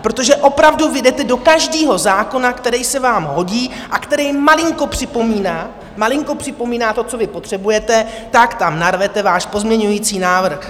Protože opravdu vy jdete do každého zákona, který se vám hodí a který malinko připomíná, malinko připomíná to, co vy potřebujete, tak tam narvete váš pozměňující návrh!